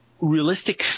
realistic